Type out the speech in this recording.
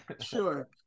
sure